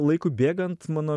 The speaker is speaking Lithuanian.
laikui bėgant mano